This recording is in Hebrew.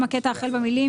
במקום הקטע "החל במילים",